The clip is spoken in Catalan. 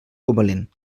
covalent